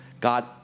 God